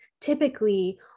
typically